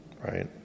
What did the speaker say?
Right